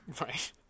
Right